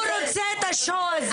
הוא רוצה את ה-Show הזה.